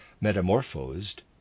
metamorphosed